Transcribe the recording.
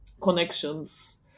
connections